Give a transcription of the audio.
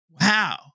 wow